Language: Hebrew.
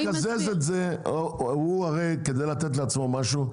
כדי לתת לעצמו משהו,